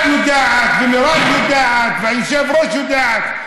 את יודעת ומירב יודעת והיושבת-ראש יודעת.